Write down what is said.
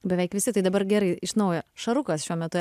beveik visi tai dabar gerai iš naujo šarukas šiuo metu